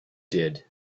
did